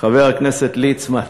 חבר הכנסת ליצמן,